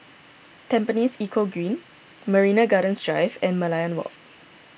Tampines Eco Green Marina Gardens Drive and Merlion Walk